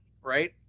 right